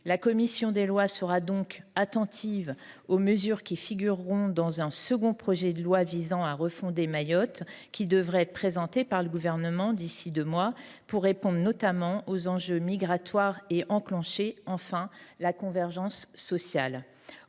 La commission des lois sera donc attentive aux mesures qui figureront dans le second projet de loi, visant à refonder Mayotte, qui devrait être présenté par le Gouvernement d’ici à deux mois, pour répondre notamment aux enjeux migratoires et enclencher, enfin, la convergence sociale.